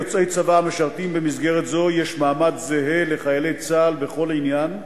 ליוצאי צבא המשרתים במסגרת זו יש מעמד זהה לחיילי צה"ל בכל עניין,